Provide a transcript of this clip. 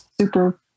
super